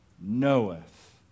knoweth